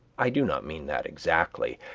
i do not mean that exactly,